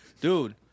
dude